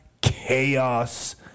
chaos